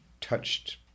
touched